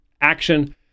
action